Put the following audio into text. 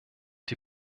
die